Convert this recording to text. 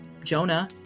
Jonah